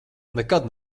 nekad